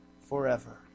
forever